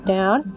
Down